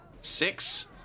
six